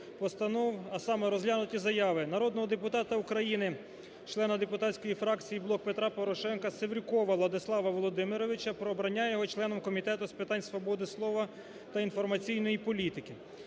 а саме: розглянути заяви народного депутата України члена депутатської фракції "Блок Петра Порошенка" Севрюкова Владислава Володимировича про обрання його членом Комітету з питань свободи слова та інформаційної політики.